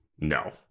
No